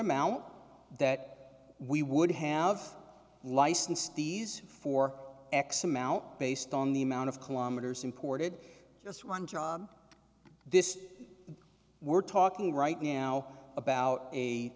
amount that we would have licensed these for x amount based on the amount of kilometers imported just one job this we're talking right now about a